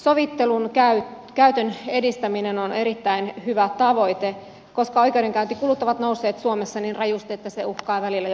sovittelun käytön edistäminen on erittäin hyvä tavoite koska oikeudenkäyntikulut ovat nousseet suomessa niin rajusti että se uhkaa välillä jopa oikeusturvaa